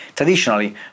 Traditionally